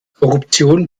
korruption